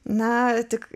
nori tik